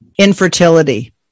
infertility